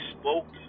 spoke